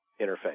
interface